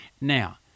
Now